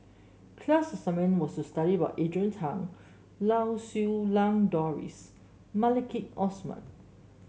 class assignment was to study about Adrian Tan Lau Siew Lang Doris Maliki Osman